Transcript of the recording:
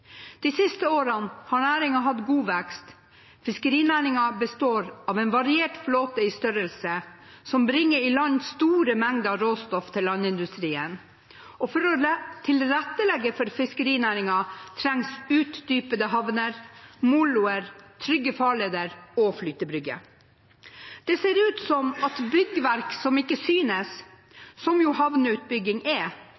De siste årene har næringen hatt god vekst. Fiskerinæringen består av en variert flåte i størrelse, som bringer i land store mengder råstoff til landindustrien. For å tilrettelegge for fiskerinæringen trengs utdypede havner, moloer, trygge farleder og flytebrygger. Det ser ut som at byggverk som ikke synes,